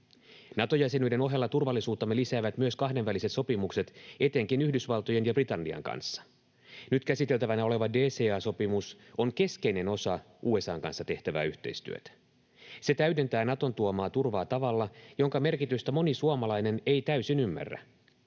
Nato-jäsenyyden ohella turvallisuuttamme lisäävät myös kahdenväliset sopimukset etenkin Yhdysvaltojen ja Britannian kanssa. Nyt käsiteltävänä oleva DCA-sopimus on keskeinen osa USA:n kanssa tehtävää yhteistyötä. Se täydentää Naton tuomaa turvaa tavalla, jonka merkitystä moni suomalainen ei täysin ymmärrä.